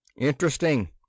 Interesting